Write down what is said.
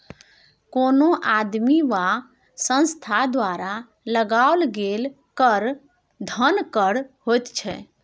कोनो आदमी वा संस्था द्वारा लगाओल गेल कर धन कर होइत छै